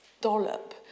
dollop